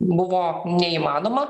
buvo neįmanoma